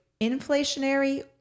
inflationary